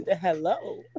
Hello